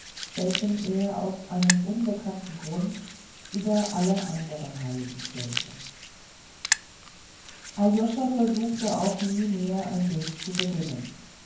welchen er aus einem unbekannten grunde über alle anderen heiligen stellte aljoscha versuchte auch nie mehr ein bild zu beginnen